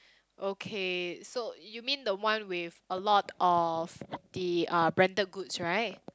okay so you mean the one with a lot of the uh branded goods right